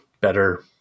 better